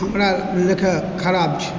हमरा लेखे खराब छै